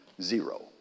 Zero